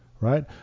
Right